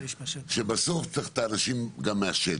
שבסוף צריך את האנשים גם מהשטח.